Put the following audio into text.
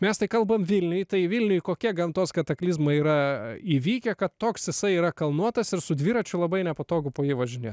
mes kalbame vilniuje tai vilniuje kokia gamtos kataklizmai yra įvykę kad toks jisai yra kalnuotas ir su dviračiu labai nepatogu pasivažinėti